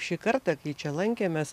šį kartą kai čia lankėmės